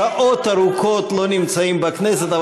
שעות ארוכות לא נמצאים בכנסת,